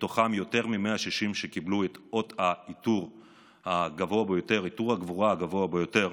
ומתוכם יותר מ-160 שקיבלו את עיטור הגבורה הגבוה ביותר,